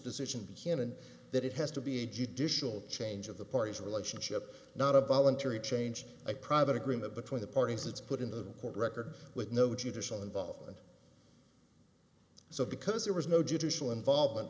decision canon that it has to be a judicial change of the party's relationship not a voluntary change a private agreement between the parties it's put into the court record with no judicial involvement so because there was no judicial involvement